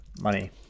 money